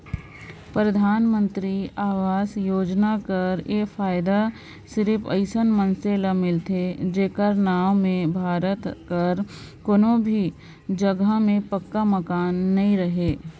परधानमंतरी आवास योजना कर फएदा सिरिप अइसन मइनसे ल मिलथे जेकर नांव में भारत कर कोनो भी जगहा में पक्का मकान नी रहें